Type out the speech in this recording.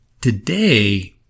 Today